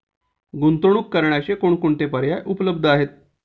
गुंतवणूक करण्याचे कोणकोणते पर्याय उपलब्ध आहेत?